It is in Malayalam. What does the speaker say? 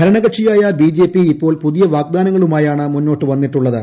ഭരണകക്ഷിയായ ബിള്ജ്പ്പൂ ഇപ്പോൾ പുതിയ വാഗ്ദാനങ്ങളുമായാണ് മുണ്ണൂട്ട് വന്നിട്ടുള്ളത്